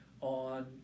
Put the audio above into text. on